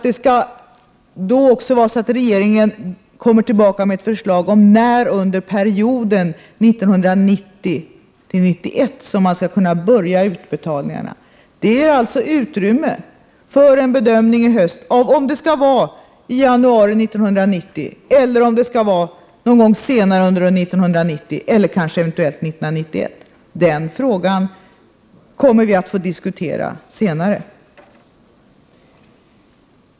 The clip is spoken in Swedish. Vi har också sagt att regeringen skall återkomma med ett förslag om när under perioden 1990—-1991 som man skall kunna börja utbetalningarna. Det finns alltså utrymme för att göra en bedömning i höst om det skall ske i januari 1990, någon gång senare under 1990 eller kanske rent av 1991. Den frågan kommer vi att få diskutera senare.